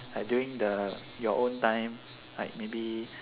like during the your own time like maybe